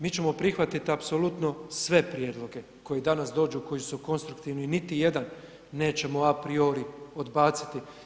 Mi ćemo prihvatit apsolutno sve prijedloge koji danas dođu, koji su konstruktivni, niti jedan nećemo a priori odbaciti.